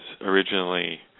originally